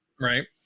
right